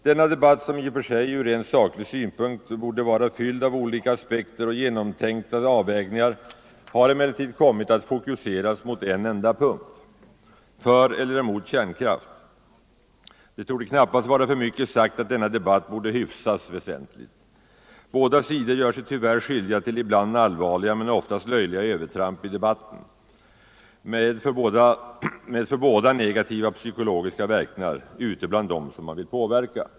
Denna debatt, som i och för sig ur rent saklig synpunkt borde vara fylld av olika aspekter och genomtänkta avvägningar, har emellertid kommit att fokuseras mot en enda punkt: för eller emot kärnkraft. Det torde knappast vara för mycket sagt att denna debatt borde hyfsas väsentligt. Båda sidor gör sig tyvärr skyldiga till ibland allvarliga men oftast löjliga övertramp i debatten med för båda negativa psykologiska verkningar ute bland dem som man vill påverka.